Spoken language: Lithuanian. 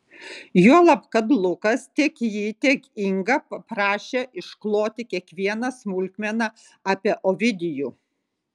juolab kad lukas tiek jį tiek ingą paprašė iškloti kiekvieną smulkmeną apie ovidijų